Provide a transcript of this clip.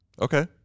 Okay